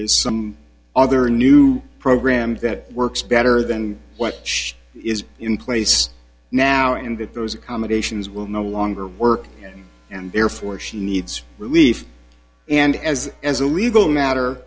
is some other new program that works better than what each is in place now and that those accommodations will no longer work and therefore she needs relief and as as a legal matter